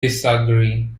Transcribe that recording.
disagree